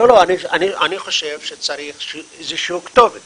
אני חושב שצריך כתובת